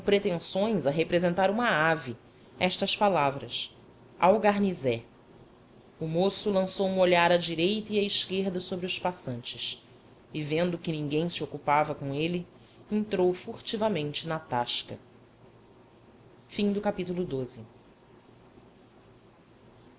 pretensões a representar uma ave estas palavras ao garnizé o moço lançou um olhar à direita e à esquerda sobre os passantes e vendo que ninguém se ocupava com ele entrou furtivamente na tasca o